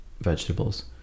vegetables